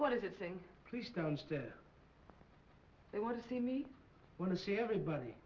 what is it saying please don't step they want to see me want to see everybody